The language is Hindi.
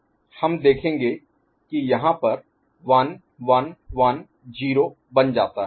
f x3 x2 1 हम देखेंगे कि यहाँ पर 1 1 1 0 बन जाता है